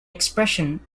expression